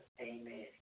Amen